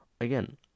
again